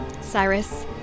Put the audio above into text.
Cyrus